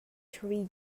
tree